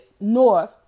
north